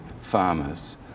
farmers